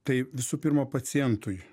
tai visų pirma pacientui